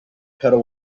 pedal